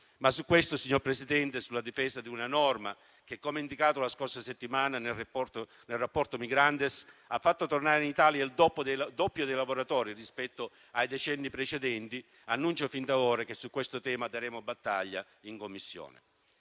Su questo, signora Presidente, e sulla difesa di una norma che - come indicato la scorsa settimana nel rapporto Migrantes - ha fatto tornare in Italia il doppio dei lavoratori rispetto ai decenni precedenti, annuncio fin d'ora che daremo battaglia in Commissione.